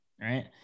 right